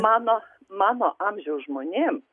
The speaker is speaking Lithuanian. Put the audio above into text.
mano mano amžiaus žmonėm